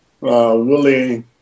Willie